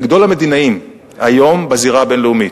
לגדול המדינאים בזירה הבין-לאומית.